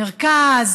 מרכז,